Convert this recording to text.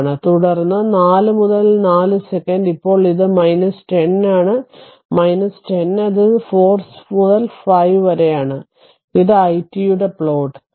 ആണ് തുടർന്ന് 4 മുതൽ 4 സെക്കൻഡ് ഇപ്പോൾ അത് 10 ആണ് 10 എന്നത് 4 മുതൽ 5 വരെയാണ് ഇത് ഐ ടി യുടെ പ്ലോട്ട്